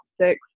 six